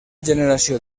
generació